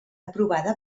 aprovada